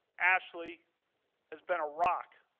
ashley has been a rock.